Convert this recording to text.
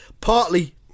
partly